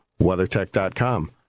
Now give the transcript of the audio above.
WeatherTech.com